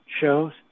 shows